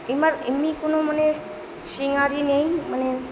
এই বার এমনি কোনও মানে সিঙ্গারি নেই মানে